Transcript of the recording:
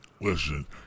listen